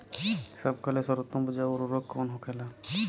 सबका ले सर्वोत्तम उपजाऊ उर्वरक कवन होखेला?